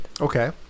Okay